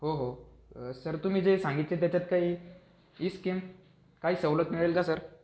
हो हो सर तुम्ही जे सांगितले त्याच्यात काही इस्कीम काही सवलत मिळेल का सर